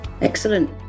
excellent